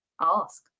ask